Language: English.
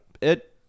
It-